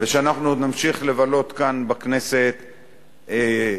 ואנחנו נמשיך לבלות כאן בכנסת ימים,